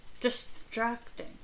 distracting